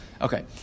Okay